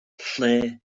lle